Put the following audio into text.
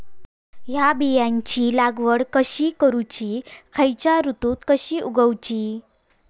हया बियाची लागवड कशी करूची खैयच्य ऋतुत कशी उगउची?